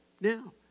now